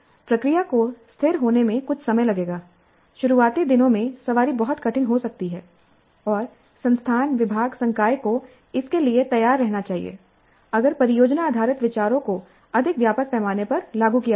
प्रक्रिया को स्थिर होने में कुछ समय लगेगा शुरुआती दिनों में सवारी बहुत कठिन हो सकती है और संस्थानविभागसंकाय को इसके लिए तैयार रहना चाहिए अगर परियोजना आधारित विचारों को अधिक व्यापक पैमाने पर लागू किया जाना है